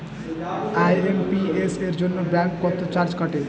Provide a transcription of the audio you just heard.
IMPS এর জন্য bank কত চার্জ কাটে?